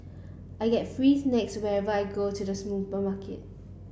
I get free snacks whenever I go to the supermarket